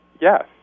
yes